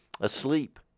asleep